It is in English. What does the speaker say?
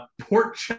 Port